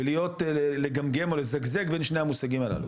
ולהיות לגמגם או לזגזג בין שני המושגים הללו,